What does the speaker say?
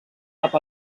cap